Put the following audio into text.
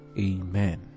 Amen